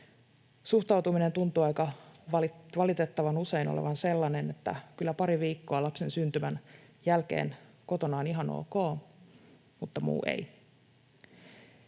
Suhtautuminen tuntuu aika valitettavan usein olevan sellainen, että kyllä pari viikkoa lapsen syntymän jälkeen kotona on ihan ok mutta muu ei.